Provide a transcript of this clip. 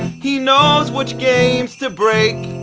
he knows which games to break.